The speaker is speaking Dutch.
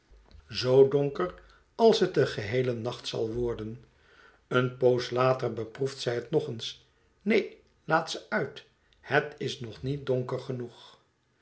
zoo donker als het den geheelen nacht zal worden eene poos later beproeft zij het nog eens neen laat ze uit het is nog niet donker genoeg